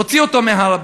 הוציא אותו מהר-הבית.